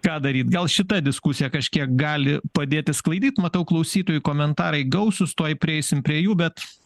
ką daryt gal šita diskusija kažkiek gali padėt išsklaidyt matau klausytojų komentarai gausūs tuoj prieisim prie jų bet